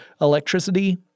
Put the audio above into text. electricity